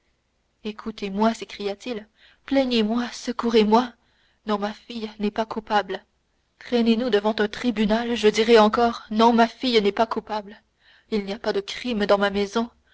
écoutez-moi s'écria-t-il plaignez-moi secourez-moi non ma fille n'est pas coupable traînez nous devant un tribunal je dirai encore non ma fille n'est pas coupable il n'y a pas de crime dans ma maison